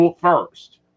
first